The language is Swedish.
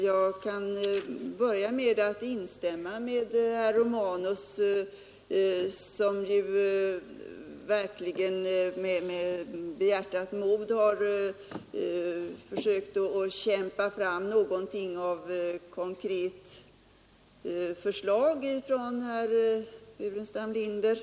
Jag kan instämma med herr Romanus, som med behjärtat mod sökt få fram något konkret förslag från herr Burenstam Linder.